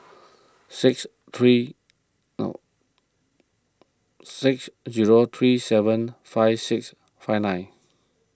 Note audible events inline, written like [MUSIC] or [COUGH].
six three [HESITATION] six zero three seven five six five nine